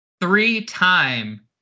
three-time